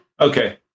Okay